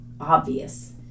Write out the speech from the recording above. obvious